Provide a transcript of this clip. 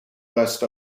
west